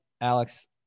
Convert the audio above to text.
alex